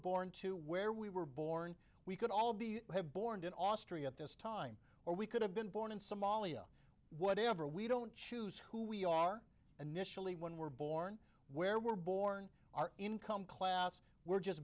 born to where we were born we could all be you have born in austria at this time or we could have been born in somalia whatever we don't choose who we are and michel when we're born where we're born our income class we're just